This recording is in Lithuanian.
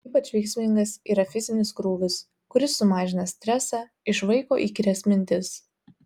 ypač veiksmingas yra fizinis krūvis kuris sumažina stresą išvaiko įkyrias mintis